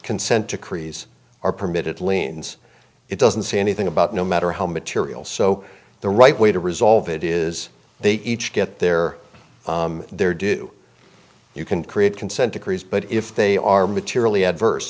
consent decrees are permitted liens it doesn't say anything about no matter how material so the right way to resolve it is they each get their their due you can create consent decrees but if they are materially adverse